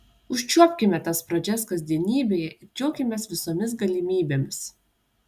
užčiuopkime tas pradžias kasdienybėje ir džiaukimės visomis galimybėmis